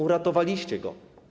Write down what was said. Uratowaliście go.